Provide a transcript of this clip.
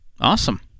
Awesome